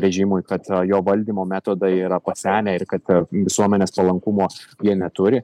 režimui kad jo valdymo metodai yra pasenę ir kad visuomenės palankumo jie neturi